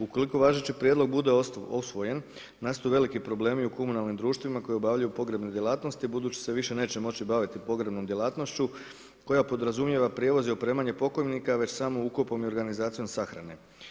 Ukoliko važeći prijedlog bude usvojen, nastaju veliki problemi u komunalnim društvima, koje obavljaju pogrebne djelatnosti, budući da se više neće moći baviti pogrebnom djelatnošću, koja podrazumijeva prijevoz i opremanje pokojnika, već samo ukopom i organizacijom sahrane.